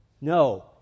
No